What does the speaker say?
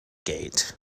gate